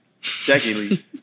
Secondly